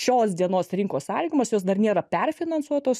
šios dienos rinkos sąlygomis jos dar nėra perfinansuotos